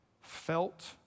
felt